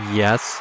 yes